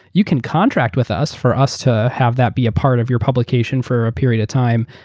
you can contract with us for us to have that be a part of your publication for a period of time,